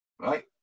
Right